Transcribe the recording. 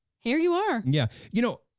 here you are. yeah, you know,